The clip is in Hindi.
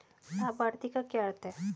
लाभार्थी का क्या अर्थ है?